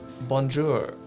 bonjour